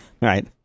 Right